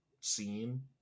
scene